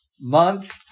month